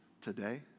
today